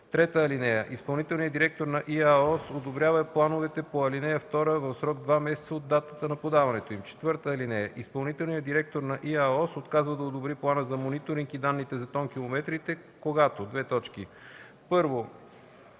5, т. 1. (3) Изпълнителният директор на ИАОС одобрява плановете по ал. 2 в срок два месеца от датата на подаването им. (4) Изпълнителният директор на ИАОС отказва да одобри плана за мониторинг и данните за тонкилометрите, когато: 1. авиационният